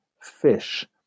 fish